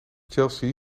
chelsea